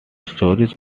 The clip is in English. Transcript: stories